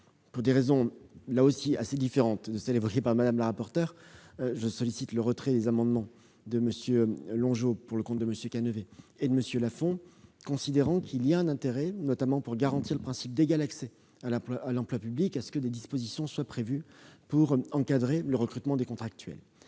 pour des raisons assez différentes de celles évoquées par Mme la rapporteur, je demande le retrait des amendements n 296 rectifié et 500, considérant qu'il y a un intérêt, notamment pour garantir le principe d'égal accès à l'emploi public, à ce que des dispositions soient prévues pour encadrer le recrutement des contractuels.